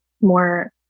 more